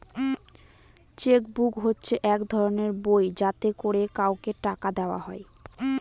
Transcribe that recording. check book হচ্ছে এক ধরনের বই যাতে করে কাউকে টাকা দেওয়া হয়